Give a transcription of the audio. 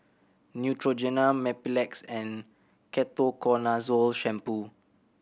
Neutrogena Mepilex and Ketoconazole Shampoo